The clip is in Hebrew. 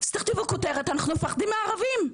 אז תכתבו כותרת: אנחנו מפחדים מערבים.